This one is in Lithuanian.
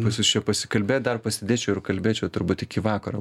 pas jus čia pasikalbėt dar pasėdėčiau ir kalbėčiau turbūt iki vakaro